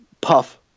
Puff